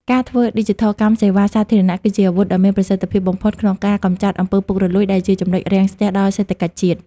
ការធ្វើឌីជីថលកម្មសេវាសាធារណៈ គឺជាអាវុធដ៏មានប្រសិទ្ធភាពបំផុតក្នុងការកម្ចាត់ អំពើពុករលួយ ដែលជា ចំណុចរាំងស្ទះ ដល់សេដ្ឋកិច្ចជាតិ។